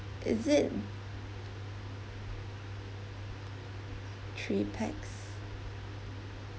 is it three pax